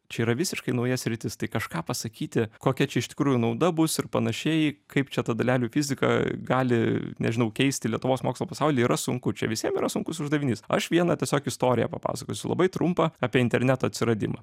čia yra visiškai nauja sritis tai kažką pasakyti kokia čia iš tikrųjų nauda bus ir panašiai kaip čia ta dalelių fizika gali nežinau keisti lietuvos mokslo pasaulį yra sunku čia visiem yra sunkus uždavinys aš vieną tiesiog istoriją papasakosiu labai trumpą apie interneto atsiradimą